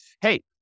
hey